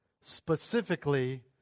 specifically